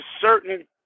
certain